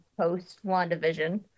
post-WandaVision